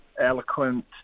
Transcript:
eloquent